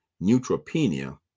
neutropenia